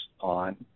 on